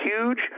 huge